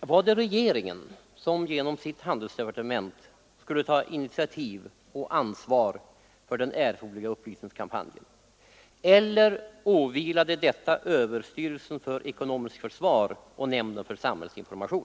Var det regeringen som genom sitt 122 handelsdepartement skulle ta initiativ och ansvar för den erforderliga upplysningskampanjen? Eller åvilade detta överstyrelsen för ekonomiskt försvar och nämnden för samhällsinformation?